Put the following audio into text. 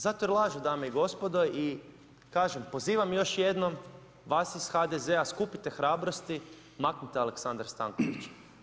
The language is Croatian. Zato jer lažu dame i gospodo i kažem pozivam još jednom vas iz HDZ-a skupite hrabrosti, maknite Aleksandra Stankovića.